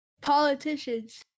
Politicians